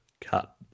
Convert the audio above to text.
Cut